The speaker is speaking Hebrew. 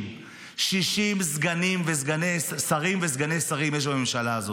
60, 60 שרים וסגני שרים יש בממשלה הזאת,